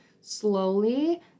slowly